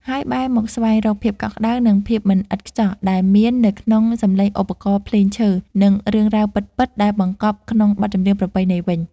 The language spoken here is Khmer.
ហើយបែរមកស្វែងរកភាពកក់ក្តៅ និងភាពមិនឥតខ្ចោះដែលមាននៅក្នុងសំឡេងឧបករណ៍ភ្លេងឈើ និងរឿងរ៉ាវពិតៗដែលបង្កប់ក្នុងបទចម្រៀងប្រពៃណីវិញ។